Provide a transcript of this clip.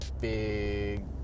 big